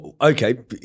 Okay